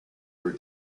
were